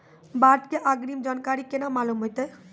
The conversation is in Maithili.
बाढ़ के अग्रिम जानकारी केना मालूम होइतै?